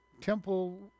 temple